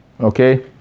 okay